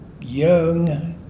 young